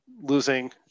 losing